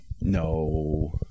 No